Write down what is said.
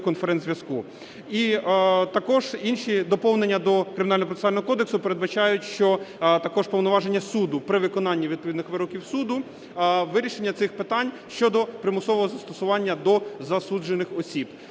І також інші доповнення до Кримінально-процесуального кодексу передбачають, що також повноваження суду при виконанні відповідних вироків суду вирішення цих питань щодо примусового застосування до засуджених осіб.